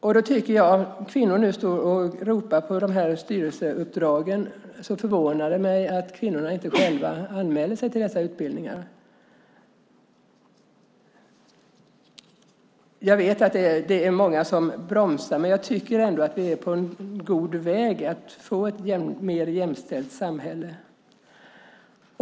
Om kvinnor nu ropar efter styrelseuppdrag förvånar det mig att kvinnorna själva inte anmäler sig till styrelseutbildningar. Jag vet att det är många som bromsar. Jag tycker ändå att vi är på god väg att få ett mer jämställt samhälle.